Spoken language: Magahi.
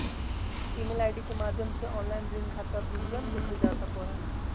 ईमेल आई.डी के माध्यम से ऑनलाइन ऋण खाता विवरण देखल जा सको हय